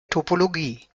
topologie